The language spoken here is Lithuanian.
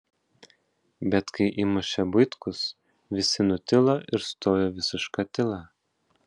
bet kai įmušė buitkus visi nutilo ir stojo visiška tyla